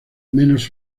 menos